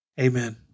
Amen